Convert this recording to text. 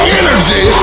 energy